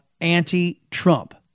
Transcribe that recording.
anti-Trump